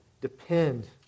depend